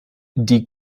die